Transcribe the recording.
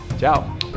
Ciao